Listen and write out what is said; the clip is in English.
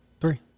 Three